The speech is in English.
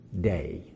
day